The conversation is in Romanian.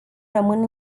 rămân